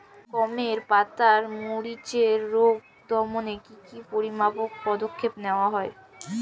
গমের পাতার মরিচের রোগ দমনে কি কি পরিমাপক পদক্ষেপ নেওয়া হয়?